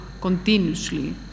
continuously